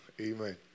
Amen